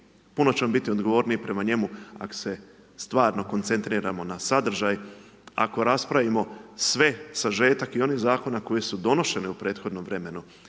puno ćemo biti odgovorniji prema njemu ako se stvarno koncentriramo na sadržaj, ako raspravimo sve, sažetak i onih zakona koji su donošeni u prethodnom vremenu